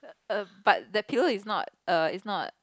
a but the pillow is not err is not